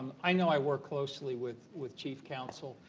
i know i work closely with with chief counsel.